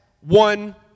one